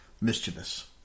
mischievous